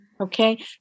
Okay